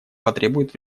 потребует